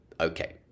Okay